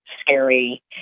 scary